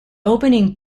opening